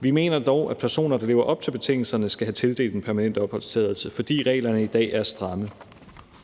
Vi mener dog, at personer, der lever op til betingelserne, skal have tildelt en permanent opholdstilladelse, fordi reglerne i dag er stramme.